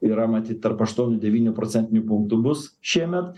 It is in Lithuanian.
yra matyt tarp aštuonių devynių procentinių punktų bus šiemet